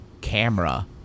camera